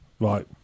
Right